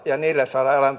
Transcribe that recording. ja niille saada